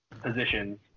positions